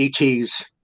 ets